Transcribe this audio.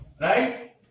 Right